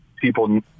people